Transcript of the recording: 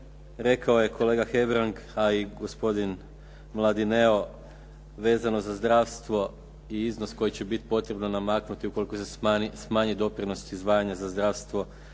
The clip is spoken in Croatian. rekao je kolega Hebrang, a i gospodin Mladineo vezano za zdravstvo i iznos koji će biti potrebno namaknuti ukoliko se smanji doprinos izdvajanja za zdravstvo